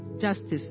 justice